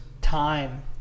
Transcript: time